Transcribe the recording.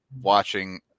watching